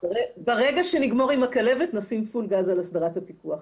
ברגע שנגמור עם הכלבת נשים פול גז על הסדרת הפיקוח.